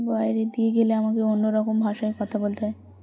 বাইরে দিয়ে গেলে আমাকে অন্যরকম ভাষায় কথা বলতে হয়